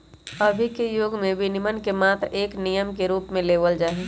अभी के युग में विनियमन के मात्र एक नियम के रूप में लेवल जाहई